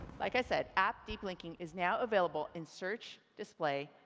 like i said app deep linking is now available in search, display,